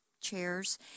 chairs